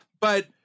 But-